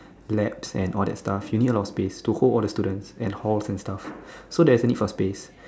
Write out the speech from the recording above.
labs and all that stuff you need a lot of space to hold all the students and halls and stuff so there is a need for space